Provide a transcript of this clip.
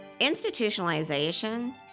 Institutionalization